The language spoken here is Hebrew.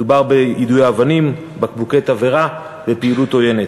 מדובר ביידוי אבנים ובקבוקי תבערה ובפעילות עוינת.